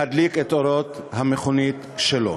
להדליק את אורות המכונית שלו.